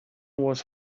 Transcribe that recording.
was